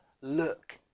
look